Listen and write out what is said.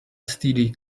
std